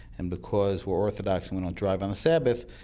and because we're orthodox and don't drive on the sabbath,